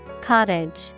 Cottage